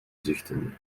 zuchten